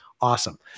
awesome